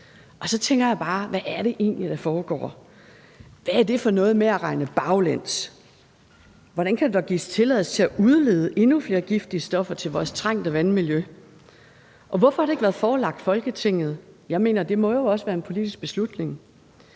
Så tænker jeg bare: Hvad er det egentlig, der foregår? Hvad er det for noget med at regne baglæns? Hvordan kan der gives tilladelse til at udlede endnu flere giftige stoffer i vores trængte vandmiljø? Og hvorfor har det ikke været forelagt Folketinget? Jeg mener, det jo også må være en politisk beslutning.